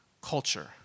culture